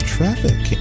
Traffic